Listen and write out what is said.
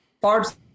parts